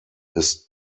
his